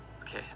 okay